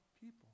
people